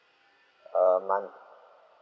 a month